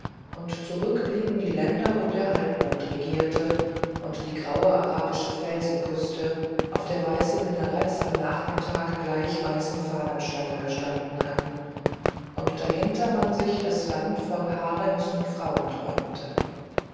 und zurück blieben die länder wo der halbmond regierte und die graue arabische felsenküste auf der weiße minaretts am nachmittag gleich weißen fahnenstangen gestanden hatten und dahinter man sich das land voll harems und frauen träumte